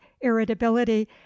irritability